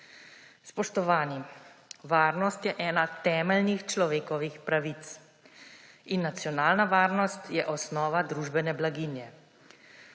Spoštovani, varnost je ena temeljnih človekovih pravic in nacionalna varnost je osnova družbene blaginje.